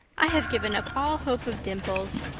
i have given up all hope of dimples.